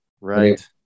Right